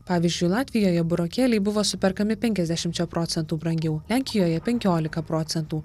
pavyzdžiui latvijoje burokėliai buvo superkami penkasdešimčia procentų brangiau lenkijoje penkiolika procentų